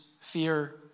fear